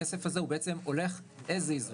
הכסף הזה הוא בעצם הולך as is,